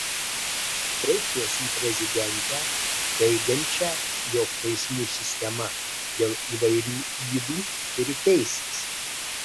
kreipsiuosi į prezidentę teigiančią jog teismų sistema dėl įvairių ydų turi keistis